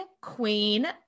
queen